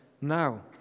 now